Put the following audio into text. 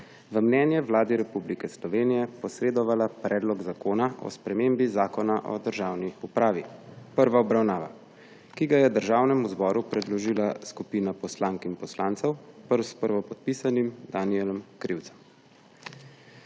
v mnenje Vladi Republike Slovenije posredovala Predlog zakona o spremembi Zakona o državni upravi, prva obravnava, ki ga je Državnemu zboru predložila skupina poslank in poslancev s prvopodpisanim Danijelom Krivcem.